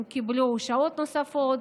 הם קיבלו שעות נוספות,